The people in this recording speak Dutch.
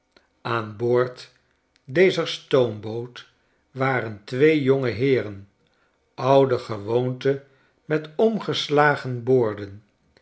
aan boord dezer stoomboot waren twee jongeheeren oudergewoonte met omgeslagen boorden